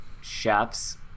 chefs